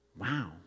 Wow